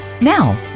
Now